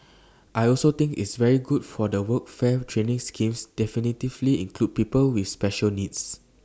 I also think it's very good that the workfare training schemes definitively include people with special needs